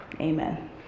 Amen